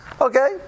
Okay